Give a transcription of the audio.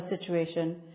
situation